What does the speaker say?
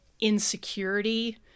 insecurity